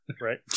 Right